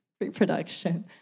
reproduction